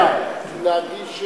לא רק תלונה, לא רק תלונה.